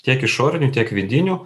tiek išorinių tiek vidinių